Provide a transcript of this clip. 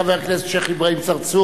חבר הכנסת שיח' אברהים צרצור,